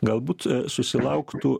galbūt a susilauktų